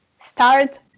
start